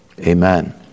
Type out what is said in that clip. Amen